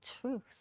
truth